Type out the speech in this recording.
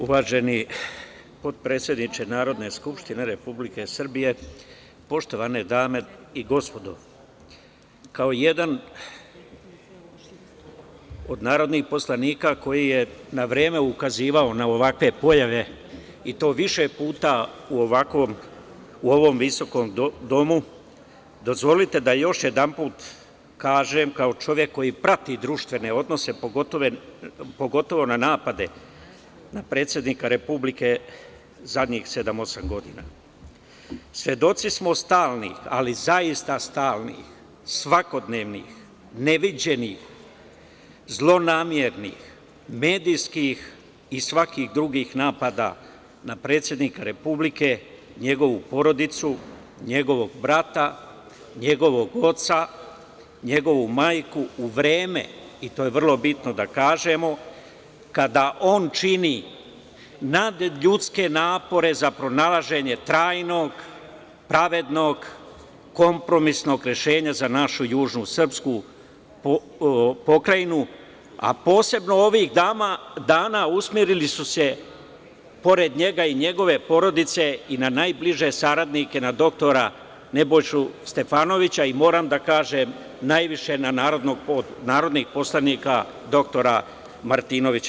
Uvaženi potpredsedniče Narodne skupštine Republike Srbije, poštovane dame i gospodo, kao jedan od narodnih poslanika koji je na vreme ukazivao na ovakve pojave, i to više puta u ovom visokom domu, dozvolite da još jedanput kažem, kao čovek koji prati društvene odnose, pogotovo napade na predsednika Republike zadnjih sedam, osam godina, svedoci smo stalnih, ali zaista stalnih, svakodnevnih, neviđenih, zlonamernih, medijskih i svakih drugih napada na predsednika Republike, njegovu porodicu, njegovog brata, njegovog oca, njegovu majku u vreme, i to je vrlo bitno da kažemo, kada on čini nadljudske napore za pronalaženje trajnog, pravednog, kompromisnog rešenja za našu južnu srpsku pokrajinu, a posebno ovih dana usmerili su se, pored njega i njegove porodice, i na najbliže saradnice dr Nebojšu Stefanovića i, moram da kažem, najviše na narodnog poslanika dr Aleksandra Martinovića.